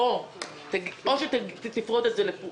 או שתפרוט את זה לפרוטות,